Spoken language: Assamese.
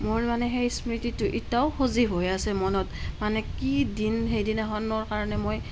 মোৰ মানে সেই স্মৃতিটো এতিয়াও সজীৱ হৈ আছে মনত মানে কি দিন সেইদিনাখনৰ কাৰণে মই